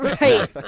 Right